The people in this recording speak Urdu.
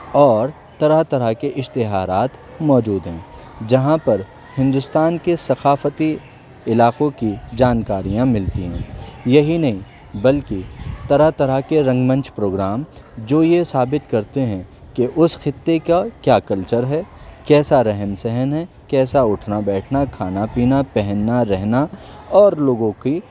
اور طرح طرح کے اشتہارات موجود ہیں جہاں پر ہندوستان کے ثقافتی علاقوں کی جانکاریاں ملتی ہیں یہی نہیں بلکہ طرح طرح کے رنگ منچ پروگرام جو یہ ثابت کرتے ہیں کہ اس خطے کا کیا کلچر ہے کیسا رہن سہن ہے کیسا اٹھنا بیٹھنا کھانا پینا پہننا رہنا اور لوگوں کی